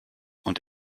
und